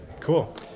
Cool